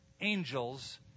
angels